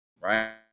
Right